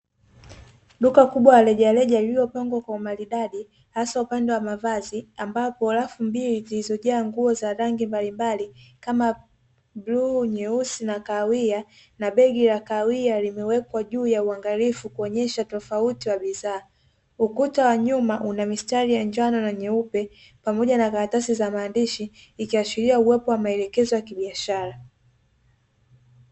Duka kubwa la rejareja lililopangwa kwa umaridadi, haswa upande wa mavazi ambapo rafu mbili, zilizojaa nguo za rangi mbalimbali kama bluu, nyeusi na kahawia na begi la kahawia lilowekwa juu ya uangalifu kuonyesha utofauti wa bidhaa, ukuta wa nyuma unamistari ya njano na nyeupe pamoja na karatasi za maandishi ikiashiria uwepo wa maelekezo ya kibiashara.